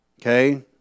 Okay